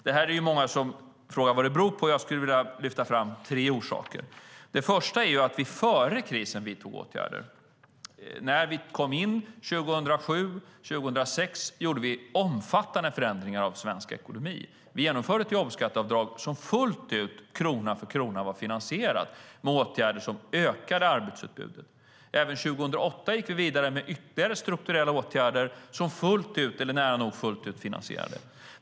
Det är många som frågar vad det beror på. Jag skulle vilja lyfta fram tre orsaker. Det första är att vi före krisen vidtog åtgärder. När vi kom in 2006 och 2007 gjorde vi omfattande förändringar av svensk ekonomi. Vi genomförde ett jobbskatteavdrag som fullt ut, krona för krona, var finansierat med åtgärder som ökade arbetsutbudet. Även 2008 gick vi vidare med ytterligare strukturella åtgärder som nära nog fullt ut var finansierade.